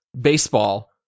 baseball